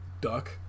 duck